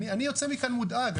אני יוצא מכאן מודאג,